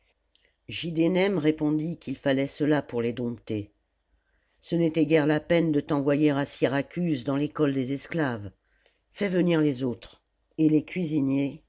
sufifte giddenem répondit qu'il fallait cela pour les dompter ce n'était guère îa peine de t'envojer à syracuse dans l'école des esclaves fais venir les autres et les cuisiniers